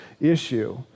issue